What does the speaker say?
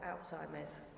Alzheimer's